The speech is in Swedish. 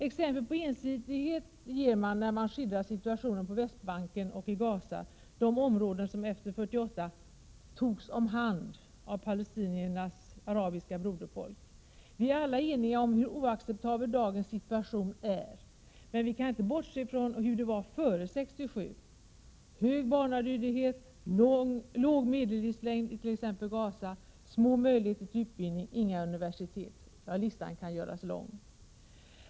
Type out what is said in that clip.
Exempel på ensidigheten ges när man skildrar situationen på Västbanken och i Gaza, de områden som efter 1948 ”togs om hand” av palestiniernas arabiska broderfolk. Vi är alla eniga om hur oacceptabel dagens situation är, men vi kan inte bortse från hur det var före 1967 — hög barnadödlighet, låg medellivslängd i t.ex. Gaza, små möjligheter till utbildning och inga universitet. Ja, listan kan göras lång. Herr talman!